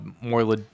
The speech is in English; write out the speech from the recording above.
more